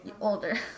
older